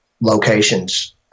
locations